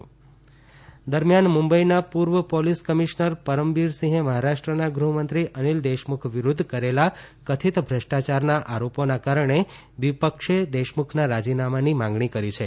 અનિલ દેશમુખ દરમિયાન મુંબઇના પૂર્વ પોલીસ કમિશનર પરમબીર સિંહે મહારાષ્ટ્રના ગૃહમંત્રી અનિલ દેશમુખ વિરુદ્ધ કરેલા કથિત ભ્રષ્ટાચારના આરોપોના કારણે વિપક્ષે દેશમુખના રાજીનામાની માંગણી કરી છે